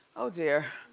oh, dear.